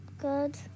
Good